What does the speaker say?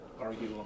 argue